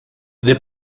the